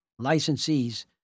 licensees